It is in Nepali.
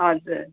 हजुर